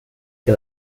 que